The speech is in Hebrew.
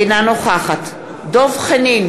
אינה נוכחת דב חנין,